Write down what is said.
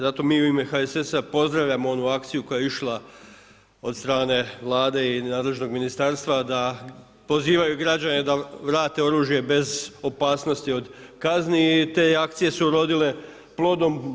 Zato mi u ime HSS-a pozdravljamo onu akciju koja je išla od strane Vlade i nadležnog ministarstva da pozivaju građane da vrate oružje bez opasnosti od kazni i te akcije su urodile plodom.